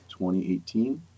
2018